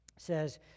says